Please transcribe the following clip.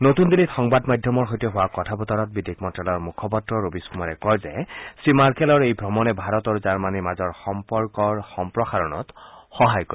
নতুন দিল্লীত সংবাদ মাধ্যমৰ সৈতে হোৱা কথা বতৰাত বিদেশ মন্ত্যালয়ৰ মুখপাত্ৰ ৰৱীশ কুমাৰে কয় যে শ্ৰীমাৰ্কেলৰ এই ভ্ৰমণে ভাৰত আৰু জাৰ্মনীৰ মাজৰ সম্পৰ্কৰ সম্প্ৰসাৰণত সহায় কৰিব